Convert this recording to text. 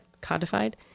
codified